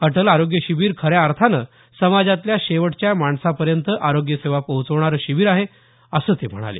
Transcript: अटल आरोग्य शिबीर खऱ्या अर्थानं समाजातल्या शेवटच्या माणसापर्यंत आरोग्य सेवा पोहचवणारं शिबिर आहे असंही ते म्हणाले